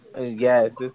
Yes